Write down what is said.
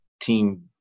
team